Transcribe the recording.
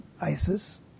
ISIS